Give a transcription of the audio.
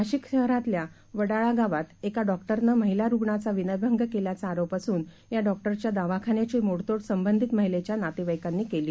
नाशिक शहरातल्या वडाळा गावात एका डॉकटरनं महिला रुग्णाचा विनयभंग केल्याचा आरोप असून या डॉकटरच्या दवाखान्याची मोडतोड संबंधित महिलेच्या नातेवाईकांनी केली